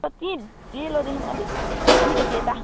sir त्यहीँ डेलोदेखि अलि अलिकति यता